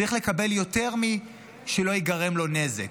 צריך לקבל יותר מ"שלא ייגרם לו נזק".